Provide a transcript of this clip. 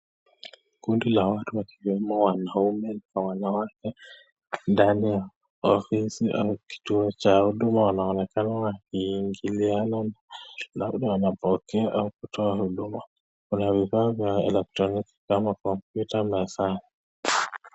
Kundi la watu wakiwemo wanaume kwa wanawake ndani ya ofisi au kituo cha huduma, wanaonekana wakiingiliana. Labda wanapokea au kutoa huduma. Kuna vifaa vya elektroniki kama kompyuta na saa.